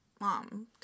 mom